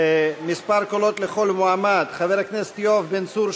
מספר הקולות לכל מועמד: חבר הכנסת יואב בן צור,